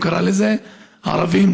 הוא קרא לזה: ערביים,